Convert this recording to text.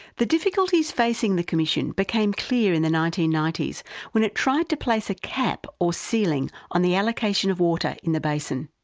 the difficulties facing the commission became clear in the nineteen ninety s when it tried to place a cap or ceiling on the allocation of water in the basin.